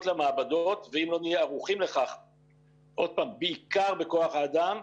למעבדות ואם לא נהיה ערוכים לכך בעיקר בכוח-האדם,